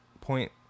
point